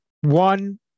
one